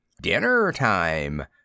Dinner-time